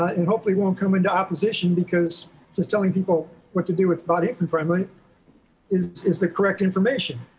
but and hopefully won't come into opposition because just telling people what to do with body from friendly is is the correct information.